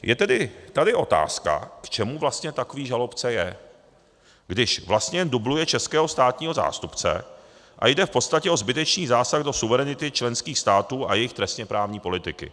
Je tedy tady otázka, k čemu vlastně takový žalobce je, když vlastně dubluje českého státního zástupce a jde v podstatě o zbytečný zásah do suverenity členských států a jejich trestněprávní politiky.